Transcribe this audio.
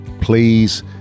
please